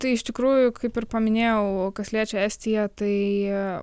tai iš tikrųjų kaip ir paminėjau o kas liečia estiją tai